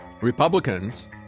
Republicans